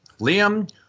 Liam